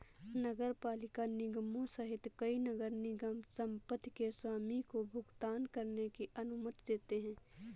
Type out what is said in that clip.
नगरपालिका निगमों सहित कई नगर निगम संपत्ति के स्वामी को भुगतान करने की अनुमति देते हैं